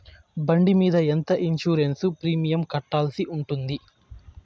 బండి మీద ఎంత ఇన్సూరెన్సు ప్రీమియం కట్టాల్సి ఉంటుంది?